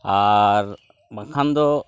ᱟᱨᱻ ᱵᱟᱝᱠᱷᱟᱱ ᱫᱚ